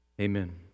Amen